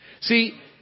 See